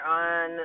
on